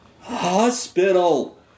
hospital